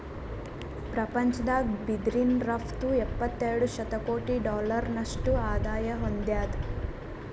ಪ್ರಪಂಚದಾಗ್ ಬಿದಿರಿನ್ ರಫ್ತು ಎಪ್ಪತ್ತೆರಡು ಶತಕೋಟಿ ಡಾಲರ್ನಷ್ಟು ಆದಾಯ್ ಹೊಂದ್ಯಾದ್